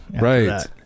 Right